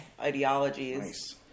ideologies